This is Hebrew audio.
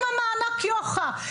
עם המענק יוכה,